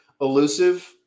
elusive